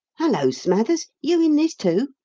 hullo, smathers, you in this, too?